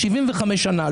74 שנה,